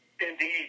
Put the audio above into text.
Indeed